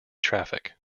traffic